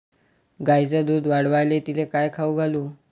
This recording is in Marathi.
गायीचं दुध वाढवायले तिले काय खाऊ घालू?